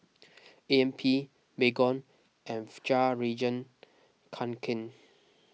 A M P Baygon and Fjallraven Kanken